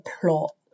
plot